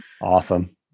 Awesome